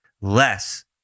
less